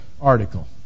article